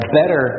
better